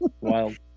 wild